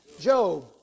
Job